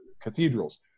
cathedrals